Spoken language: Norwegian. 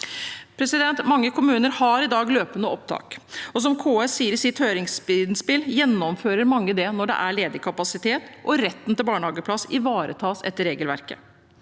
Mange kommuner har i dag løpende opptak, og som KS sier i sitt høringsinnspill, gjennomfører mange det når det er ledig kapasitet, og retten til barnehageplass ivaretas etter regelverket.